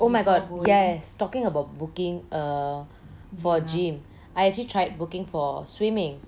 oh my god yes talking about booking err for gym I actually tried booking for swimming